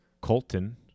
Colton